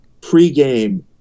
pregame